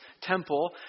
temple